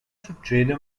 succede